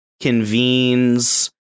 convenes